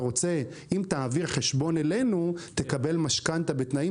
אם תעביר חשבון אלינו תקבל משכנתה בתנאים